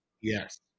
yes